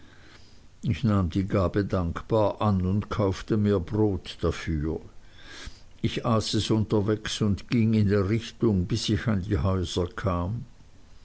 ich nahm die gabe dankbar an und kaufte mir brot dafür ich aß es unterwegs und ging in der richtung bis ich an die häuser kam